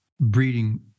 breeding